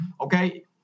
Okay